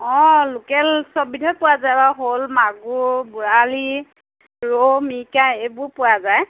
অঁ লোকেল চব বিধৰে পোৱা যায় বাৰু শ'ল মাগুৰ বৰালি ৰৌ মিৰিকা এইবোৰ পোৱা যায়